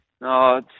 No